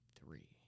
three